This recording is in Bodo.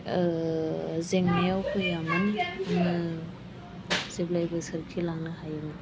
जेंनायाव फैयामोन जेब्लायबो सोरखिलांनो हायोमोन